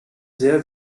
sehr